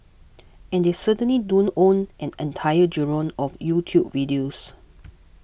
and they certainly don't own an entire genre of YouTube videos